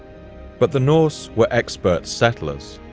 but the norse were expert settlers.